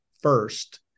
first